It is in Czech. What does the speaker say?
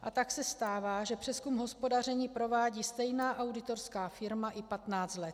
A tak se stává, že přezkum hospodaření provádí stejná auditorská firma i patnáct let.